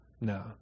No